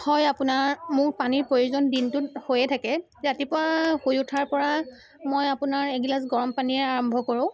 হয় আপোনাৰ মোৰ পানীৰ প্ৰয়োজন দিনটোত হৈয়ে থাকে ৰাতিপুৱা শুই উঠাৰ পৰা মই আপোনাৰ এগিলাচ গৰম পানীয়ে আৰম্ভ কৰোঁ